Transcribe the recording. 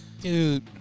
Dude